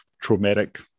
traumatic